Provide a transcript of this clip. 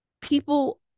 people